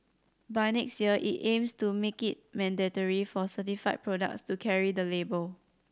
by next year it aims to make it mandatory for certified products to carry the label